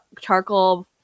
charcoal